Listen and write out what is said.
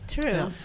True